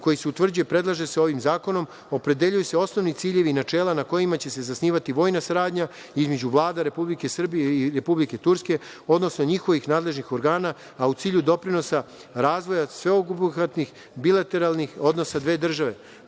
koji se utvrđuje, predlaže se ovim zakonom, opredeljuju se osnovni ciljevi i načela na kojima će se zasnivati vojna saradnja između Vlade Republike Srbije i Vlade Republike Turske, odnosno njihovih nadležnih organa, a u cilju doprinosa razvoja sveobuhvatnih bilateralnih odnosa dve